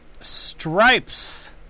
Stripes